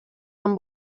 amb